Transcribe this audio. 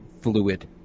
fluid